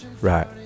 Right